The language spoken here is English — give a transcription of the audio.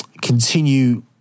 continue